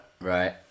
right